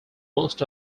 most